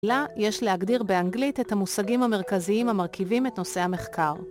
לה יש להגדיר באנגלית את המושגים המרכזיים המרכיבים את נושא המחקר.